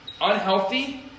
Unhealthy